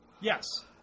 Yes